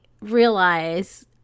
realize